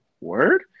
Word